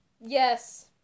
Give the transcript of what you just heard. Yes